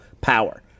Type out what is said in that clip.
power